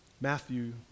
Matthew